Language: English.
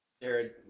Jared